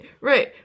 right